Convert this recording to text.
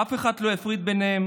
אף אחד לא יפריד ביניהם,